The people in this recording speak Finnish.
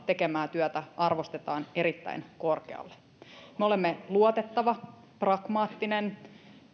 tekemää työtä arvostetaan erittäin korkealle me olemme luotettava pragmaattinen